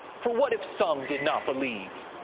for what if some did not believe?